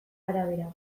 arabera